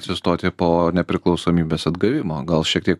atsistoti po nepriklausomybės atgavimo gal šiek tiek